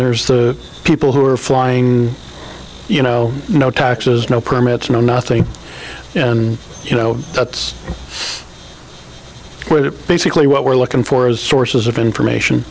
there's the people who are flying you know no taxes no permits no nothing you know that's where basically what we're looking for is sources of information